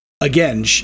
again